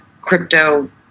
crypto